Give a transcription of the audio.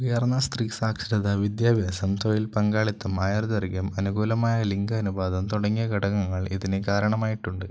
ഉയർന്ന സ്ത്രീസാക്ഷരത വിദ്യാഭ്യാസം തൊഴിൽ പങ്കാളിത്തം ആയുർദൈർഘ്യം അനുകൂലമായ ലിംഗ അനുപാതം തുടങ്ങിയ ഘടകങ്ങൾ ഇതിന് കാരണമായിട്ടുണ്ട്